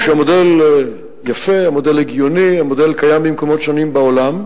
ועם העמדות שלי כפי שהן ביקשתי שיצטרפו שני אנשי המשרד.